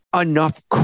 enough